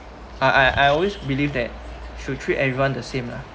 I I I always believe that should treat everyone the same lah